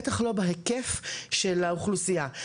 הטח שלא מתואמים להיקף של האוכלוסייה.